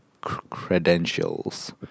credentials